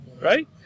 right